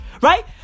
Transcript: right